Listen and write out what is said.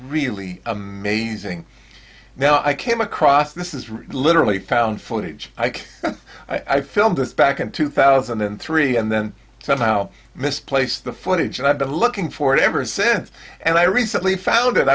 really amazing now i came across this is literally found footage ike i filmed this back in two thousand and three and then somehow misplaced the footage and i've been looking for it ever since and i recently found it